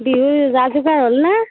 বিহুৰ যা যোগাৰ হ'লনে